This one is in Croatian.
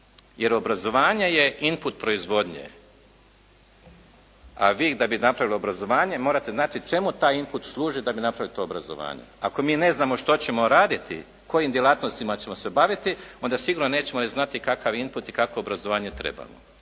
jer obrazovanje je input proizvodnje. A vi da bi napravili obrazovanje, morati znači čemu taj input služi da bi napravili to obrazovanje. Ako mi ne znamo što ćemo raditi, kojim djelatnostima ćemo se baviti, onda sigurno nećemo ni znati kakav input i kakvo obrazovanje trebamo.